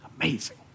Amazing